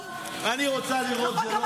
"אני רוצה לראות" זה לא